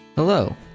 Hello